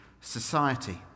society